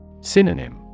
Synonym